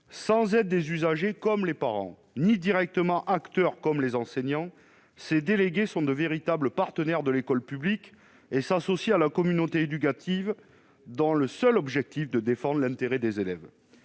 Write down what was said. laïcité. Ni usagers, comme les parents, ni directement acteurs, comme les enseignants, ces délégués sont de véritables partenaires de l'école publique et s'associent à la communauté éducative dans le seul objectif de défendre l'intérêt des élèves.